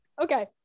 okay